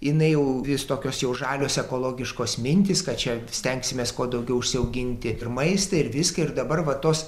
jinai jau vis tokios jau žalios ekologiškos mintys kad čia stengsimės kuo daugiau užsiauginti ir maistą ir viską ir dabar va tos